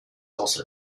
also